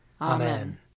Amen